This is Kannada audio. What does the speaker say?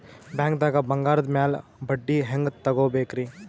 ಬ್ಯಾಂಕ್ದಾಗ ಬಂಗಾರದ್ ಮ್ಯಾಲ್ ಬಡ್ಡಿ ಹೆಂಗ್ ತಗೋಬೇಕ್ರಿ?